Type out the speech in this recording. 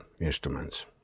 instruments